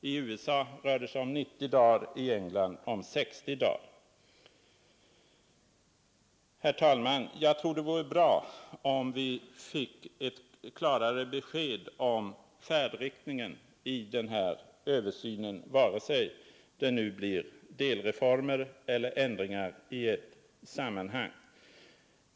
I USA rör det sig om 90 dagar, i England om 60 dagar. Herr talman! Jag tror att det vore bra om vi finge ett klarare besked om färdriktningen i den här översynen vare sig det nu blir fråga om delreformer eller ändringar i ett sammanhang.